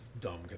dumb